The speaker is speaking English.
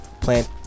plant